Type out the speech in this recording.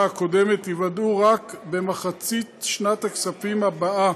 הקודמת ייוודעו רק במחצית שנת הכספים הבאה,